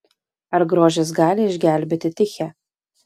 ar grožis gali išgelbėti tichę